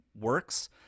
works